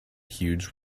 huge